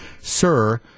sir